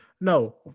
No